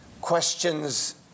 questions